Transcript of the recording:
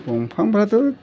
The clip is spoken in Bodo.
बिफांफ्राथ'